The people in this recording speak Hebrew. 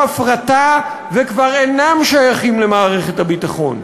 הפרטה וכבר אינם שייכים למערכת הביטחון.